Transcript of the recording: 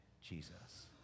Jesus